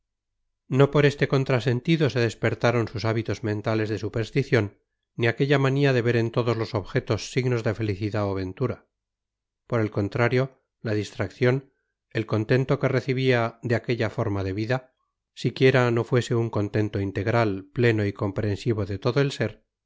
no por este contrasentido se despertaron sus hábitos mentales de superstición ni aquella manía de ver en todos los objetos signos de felicidad o ventura por el contrario la distracción el contento que recibía de aquella forma de vida siquiera no fuese un contento integral pleno y comprensivo de todo el ser